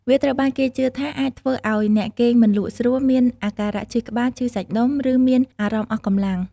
វាត្រូវបានគេជឿថាអាចធ្វើឱ្យអ្នកគេងមិនលក់ស្រួល មានអាការៈឈឺក្បាល ឈឺសាច់ដុំ ឬមានអារម្មណ៍អស់កម្លាំង។